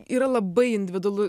yra labai individualu